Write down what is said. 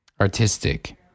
artistic